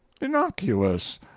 innocuous